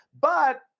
But-